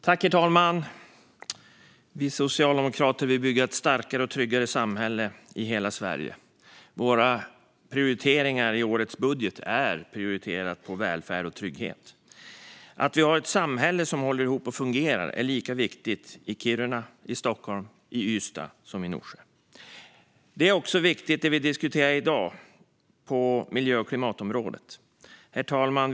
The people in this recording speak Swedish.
Herr talman! Socialdemokraterna vill bygga ett starkare och tryggare samhälle i hela Sverige. Våra prioriteringar i årets budget är välfärd och trygghet. Att vi har ett samhälle som håller ihop och fungerar är lika viktigt i Kiruna, Stockholm och Ystad som i Norsjö. Miljö och klimatområdet, som vi diskuterar i dag, är också viktigt. Herr talman!